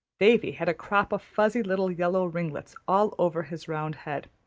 davy had a crop of fuzzy little yellow ringlets all over his round head.